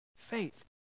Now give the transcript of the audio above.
faith